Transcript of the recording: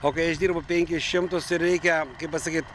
o kai aš dirbu penkis šimtus ir reikia pasakyt